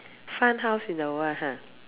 fun house in the world ha